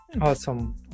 awesome